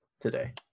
today